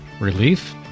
Relief